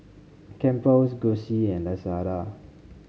Campbell's Gucci and Lazada